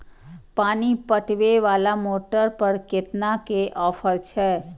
पानी पटवेवाला मोटर पर केतना के ऑफर छे?